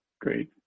Great